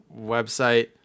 website